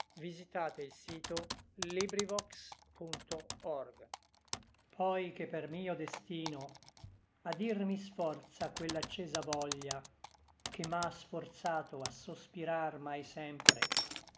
piú carta vergo poi che per mio destino a dir mi sforza quell'accesa voglia che m'à sforzato a sospirar mai sempre